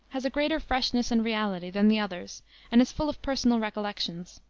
has a greater freshness and reality than the others and is full of personal recollections.